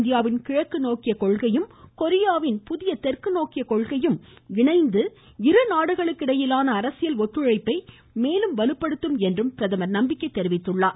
இந்தியாவின் கிழக்கு நோக்கிய கொள்கையும் கொரியாவின் புதிய தெற்கு நோக்கிய கொள்கையும் இணைந்து இருநாடுகளுக்கு இடையிலான அரசியல் ஒத்துழைப்பை மேலும் வலுப்படுத்தும் எனவும் அவர் நம்பிக்கை தெரிவித்தார்